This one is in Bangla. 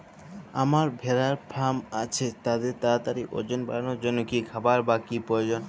আমার ভেড়ার ফার্ম আছে তাদের তাড়াতাড়ি ওজন বাড়ানোর জন্য কী খাবার বা কী প্রয়োজন?